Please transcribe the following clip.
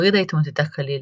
פרידה התמוטטה כליל.